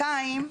בנוסף,